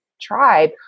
tribe